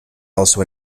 also